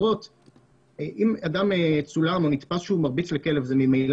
אם אדם צולם או נתפס כשהוא מרביץ לכלב זה ממילא